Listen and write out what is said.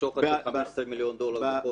בשוחד של 15 מיליון דולר בחודש.